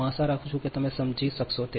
હું આશા રાખું છું કે તમે આ સમજી શકશો